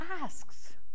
asks